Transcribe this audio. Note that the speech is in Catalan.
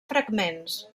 fragments